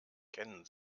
kennen